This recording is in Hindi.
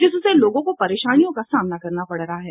जिससे लोगों को परेशानियों को सामना करना पड़ रहा है